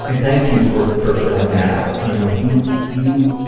and thank you for, for filling that out. you know, you, you,